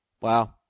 Wow